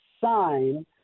sign